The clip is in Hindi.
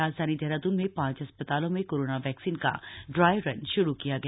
राजधानी देहराद्न में पांच अस्पतालों में कोरोना वैक्सीन का ड्राई रन श्रू किया गया